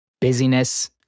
busyness